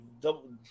double